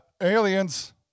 aliens